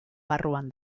barruan